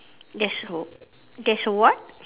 there's there's a what